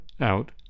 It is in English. out